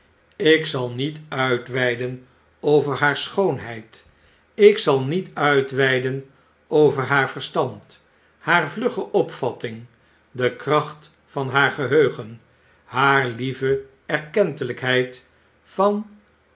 ik zal niet uitweiden over haar schoonheid ik zal niet uitweiden over haar ver stand haar vlugge opvatting de kracht van haar geheugen haar lieve erkentelykheid van